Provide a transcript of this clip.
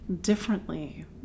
differently